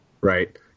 right